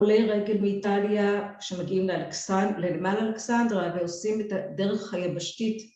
עולי רגל מאיטליה ‫שמגיעים לנמל אלכסנדרה ‫ועושים את הדרך הייבשתית.